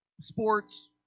sports